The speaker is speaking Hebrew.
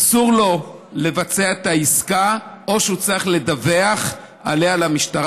אסור לו לבצע את העסקה או שהוא צריך לדווח עליה למשטרה.